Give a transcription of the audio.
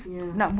ya